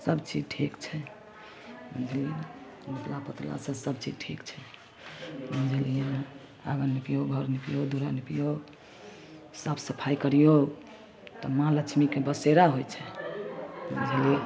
सबचीज ठीक छै बुझलिए ने निपला पोतलासँ सबचीज ठीक छै बुझलिए ने आँगन निपिऔ घर निपिऔ दुअरा निपिऔ साफ सफाइ करिऔ तऽ माँ लक्ष्मीके बसेरा होइ छै बुझलिए